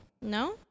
No